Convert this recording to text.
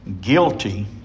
guilty